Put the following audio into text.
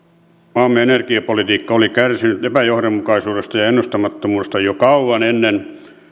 maamme energiapolitiikka oli kärsinyt epäjohdonmukaisuudesta ja ja ennustamattomuudesta jo kauan ennen